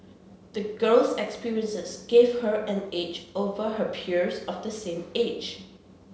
the girl's experiences gave her an edge over her peers of the same age